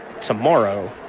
tomorrow